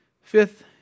Fifth